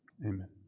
Amen